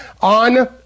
on